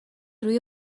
روی